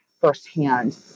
firsthand